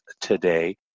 today